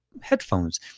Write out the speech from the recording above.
headphones